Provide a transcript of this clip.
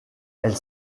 elle